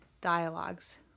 dialogues